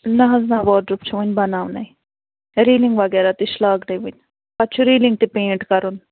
نہَ حظ نہَ واڈروب چھِ وُنہِ بناونَے ریٖلِنٛگ وغیرہ تہِ چھِ لاگنَے وُنہِ پتہٕ چھُ ریٖلِنٛگ تہٕ پینٛٹ کَرُن